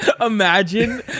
imagine